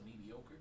mediocre